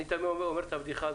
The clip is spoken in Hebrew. אני תמיד מספר את הבדיחה.